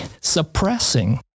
suppressing